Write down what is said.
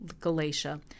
Galatia